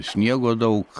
sniego daug